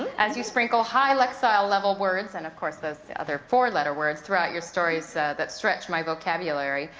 as you sprinkle high lexial level words, and of course those other four letter words throughout your stories that stretch my vocabulary.